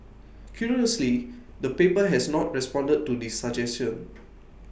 curiously the paper has not responded to this suggestion